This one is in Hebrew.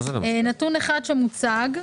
נתון אחד לפיו אנחנו